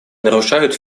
нарушают